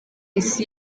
isi